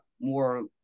more